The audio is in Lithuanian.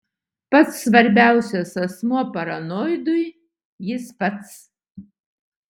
pats svarbiausias asmuo paranoidui jis pats